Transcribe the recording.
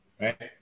Right